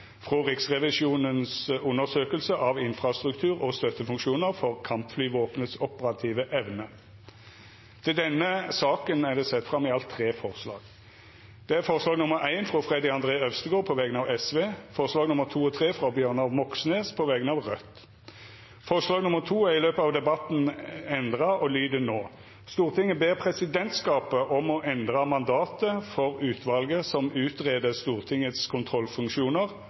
frå komiteen. Miljøpartiet Dei Grøne og Raudt har varsla støtte til forslaga. Komiteen hadde tilrådd Stortinget å gjera følgjande Under debatten er det sett fram i alt tre forslag. Det er forslag nr. 1, frå Freddy André Øvstegård på vegner av Sosialistisk Venstreparti forslaga nr. 2 og 3, frå Bjørnar Moxnes på vegner av Raudt Forslag nr. 2 er i løpet av debatten vorte endra og lyder no: «Stortinget ber presidentskapet om å endre mandatet for utvalget som utreder Stortingets